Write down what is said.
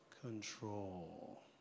control